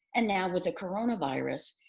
and now with the coronavirus,